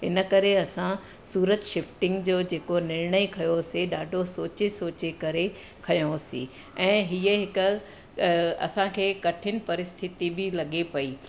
हिनकरे असां सूरत शिफ्टिंग जो जेको निर्णय खयोसीं ॾाढो सोचे सोचे करे खयोसीं ऐं इहा हिक असांखे कठिन परिस्थिती बि लॻे पई